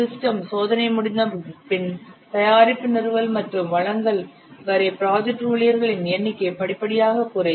system சோதனை முடிந்தபின் தயாரிப்பு நிறுவல் மற்றும் வழங்கல் வரை ப்ராஜெக்ட் ஊழியர்களின் எண்ணிக்கை படிப்படியாக குறையும்